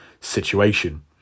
situation